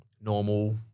normal